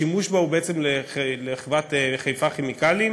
השימוש בה הוא בעצם לחברת "חיפה כימיקלים",